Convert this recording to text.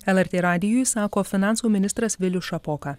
lrt radijui sako finansų ministras vilius šapoka